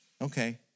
okay